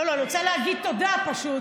לא, אני רוצה להגיד תודה, פשוט.